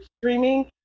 streaming